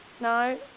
No